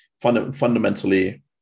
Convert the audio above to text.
fundamentally